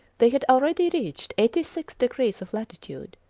they had already reached eighty six degrees of latitude,